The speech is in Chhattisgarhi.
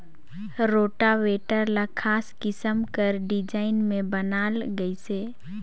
रोटावेटर ल खास किसम कर डिजईन में बनाल गइसे